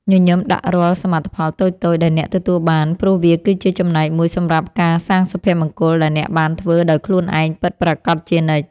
ញញឹមដាក់រាល់សមិទ្ធផលតូចៗដែលអ្នកទទួលបានព្រោះវាគឺជាចំណែកមួយសម្រាប់ការសាងសុភមង្គលដែលអ្នកបានធ្វើដោយខ្លួនឯងពិតប្រាកដជានិច្ច។